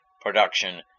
production